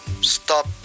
stop